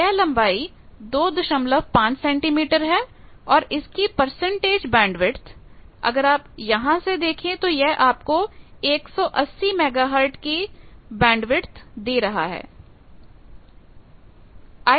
तो यह लंबाई 25 सेंटीमीटर है और इसकी परसेंटेज बैंडविथ अगर आप यहां से देखें तो यह आपको 180 मेगाहर्ट्ज की बैंड पर दे रहा है